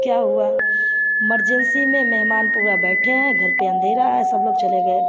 क्या हुआ मरजेंसी में मेहमान पूरे बैठे हैं घर पर अंधेरा है सब लोग चले गए